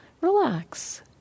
Relax